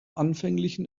anfänglichen